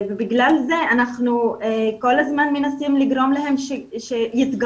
בגלל זה אנחנו כל הזמן מנסים לגרום להם שיתגמשו,